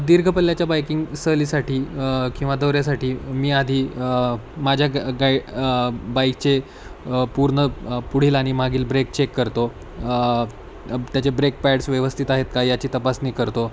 दीर्घ पल्ल्याच्या बाईकिंग सहलीसाठी किंवा दौऱ्यासाठी मी आधी माझ्या गाईड बाईकचे पूर्ण पुढील आणि मागील ब्रेक चेक करतो त्याचे ब्रेक पॅड्स व्यवस्थित आहेत का याची तपासणी करतो